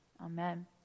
Amen